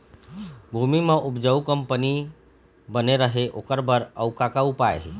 भूमि म उपजाऊ कंपनी बने रहे ओकर बर अउ का का उपाय हे?